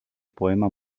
poema